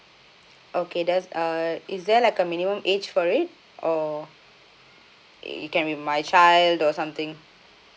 okay that's uh is there like a minimum age for it or it can be my child or something